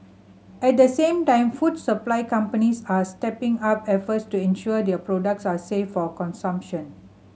at the same time food supply companies are stepping up efforts to ensure their products are safe for consumption